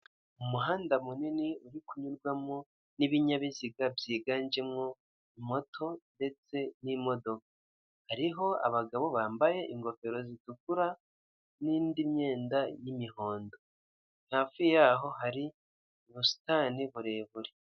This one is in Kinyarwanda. Umuhanda munini uri kunyurwamo n'ibinyabiziga byiganjemo moto, ndetse n'imodoka. Hariho abagabo bambaye ingofero zitukura, n'indi myenda y'imihondo. Hafi yaho hari ubusitani burebure.